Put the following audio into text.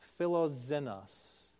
Philozenos